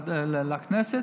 לכנסת,